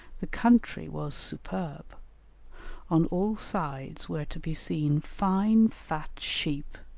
the country was superb on all sides were to be seen fine fat sheep,